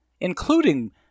including